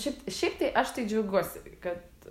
šiaip t šiaip tai aš tai džiaugiuosi kad